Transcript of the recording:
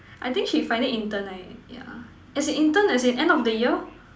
I think she finding intern right yeah as in intern as in end of the year